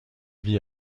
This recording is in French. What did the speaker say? vit